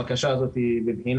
הבקשה הקונקרטית הזאת בבחינה,